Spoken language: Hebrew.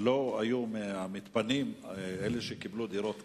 לא היו מהמתפנים מי שקיבלו דירות קבע,